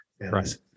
right